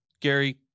Gary